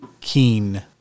keen